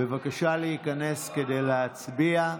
בבקשה להיכנס כדי להצביע.